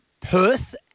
Perth